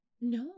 No